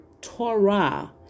Torah